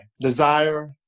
Desire